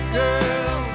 girl